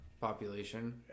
population